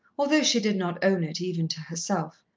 although she did not own it, even to herself.